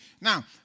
Now